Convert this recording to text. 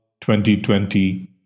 2020